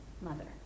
mother